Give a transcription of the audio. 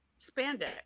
Spandex